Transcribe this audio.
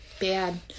bad